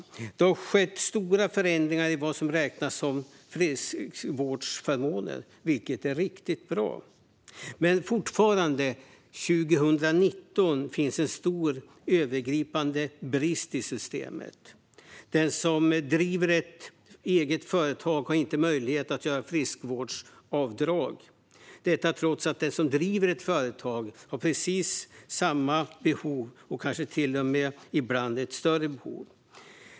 Det har skett stora förändringar när det gäller vad som räknas som friskvårdsförmåner, vilket är riktigt bra. Men fortfarande, 2019, finns en stor, övergripande brist i systemet: Den som driver ett eget företag har inte möjlighet att göra friskvårdsavdrag, detta trots att den som driver ett företag har precis samma behov - kanske till och med ibland ett större behov.